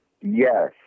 yes